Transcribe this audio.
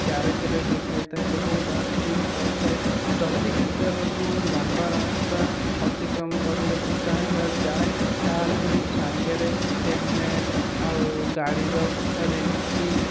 garage ରେ ଦେଖେଇଥାଏ ଏବଂ ତାହା ଠିକ କରିଥାଏ ଯଦି କେତେବେଳେ ମୁଁ ଲମ୍ବା ରାସ୍ତା ଅତିକ୍ରମ କରିବାକୁ ଚାହେଁ ବା ଯାଏ ତାହେଲେ ମୁଁ ସାଙ୍ଗରେ ହେଲମେଟ ଆଉ ଗାଡ଼ିର ରେଞ୍ଚି